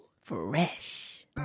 Fresh